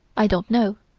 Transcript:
i don't know.